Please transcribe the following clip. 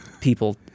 people